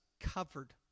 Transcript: covered